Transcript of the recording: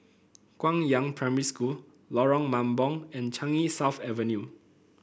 Guangyang Primary School Lorong Mambong and Changi South Avenue